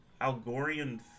Algorian